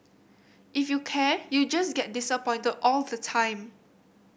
if you care you just get disappointed all the time